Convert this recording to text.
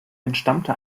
entstammte